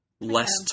less